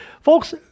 folks